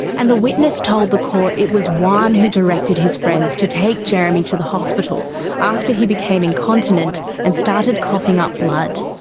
and the witness told the court it was wan who directed his friends to take jeremy to the hospital after he became incontinent and started coughing up blood.